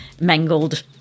mangled